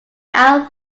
out